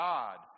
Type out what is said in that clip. God